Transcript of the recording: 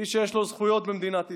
איש שיש לו זכויות במדינת ישראל.